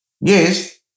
Yes